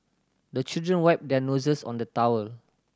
the children wipe their noses on the towel